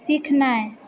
सीखनाए